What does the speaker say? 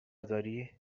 داری